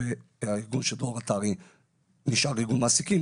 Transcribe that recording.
והארגון של דרור עטרי נשאר ארגון מעסיקים,